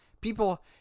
People